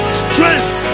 strength